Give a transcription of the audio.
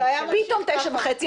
פתאום תשע וחצי,